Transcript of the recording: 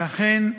ואכן,